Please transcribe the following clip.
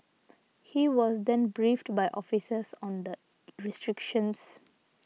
he was then briefed by officers on the restrictions